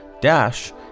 Dash